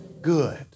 good